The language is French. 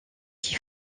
qui